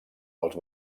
els